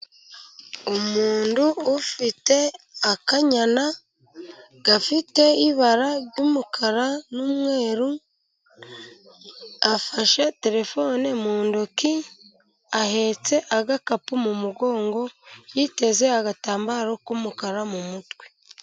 Umuntu ufite akanyana gafite ibara ry'umukara n'umweru. Afashe terefone mu ntoki, ahetse agakapu mu mugongo. Yiteze agatambaro k'umukara mu mutwe.